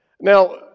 Now